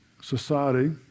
society